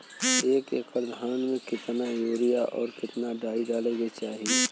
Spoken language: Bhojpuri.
एक एकड़ धान में कितना यूरिया और डाई डाले के चाही?